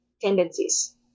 tendencies